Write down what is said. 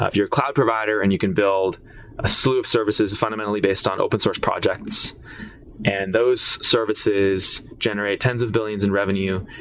you're a cloud provider and you can build a slew of services fundamentally based on open source projects and those services generate tens of billions in revenue,